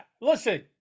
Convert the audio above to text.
listen